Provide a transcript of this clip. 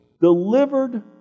delivered